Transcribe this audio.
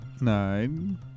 Nine